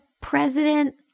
president